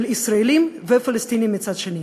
של ישראלים ופלסטינים מצד שני.